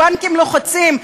הבנקים לוחצים.